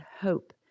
hope